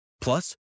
Plus